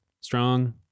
strong